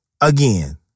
Again